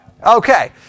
Okay